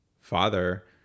father